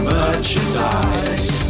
merchandise